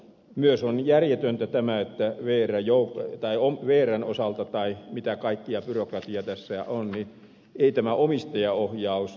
myös on järjetöntä tämä että vrn osalta tai mitä kaikkea byrokratiaa tässä on ei tämä omistajaohjaus toimi